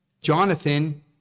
Jonathan